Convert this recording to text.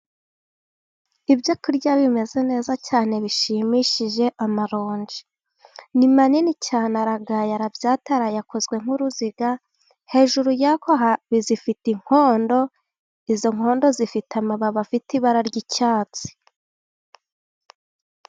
Ibyo kurya bimeze neza cyane bishimishije amaronji. Ni manini cyane aragaye, arayabyataraye, akozwe nk'uruziga. Hejuru yayo afite inkondo. Izo nkondo zifite amababi afite ibara ry'icyatsi.